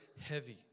heavy